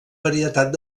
varietat